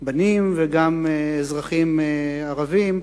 גם בנים וגם אזרחים ערבים,